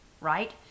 right